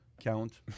count